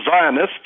Zionists